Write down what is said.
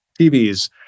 TVs